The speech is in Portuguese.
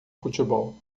futebol